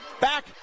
back